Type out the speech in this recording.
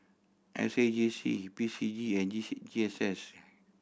S A J C P C G and G C G S S